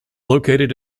located